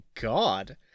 God